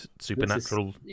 supernatural